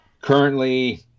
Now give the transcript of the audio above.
Currently